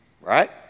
right